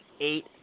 eight